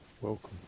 welcome